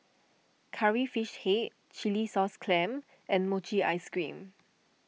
Curry Fish Head Chilli Sauce Clams and Mochi Ice Cream